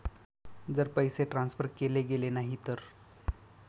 जर पैसे ट्रान्सफर केले गेले नाही तर?